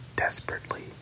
Desperately